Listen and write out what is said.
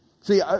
See